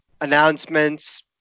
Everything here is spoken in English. announcements